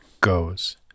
goes